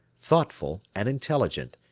thoughtful, and intelligent,